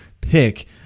pick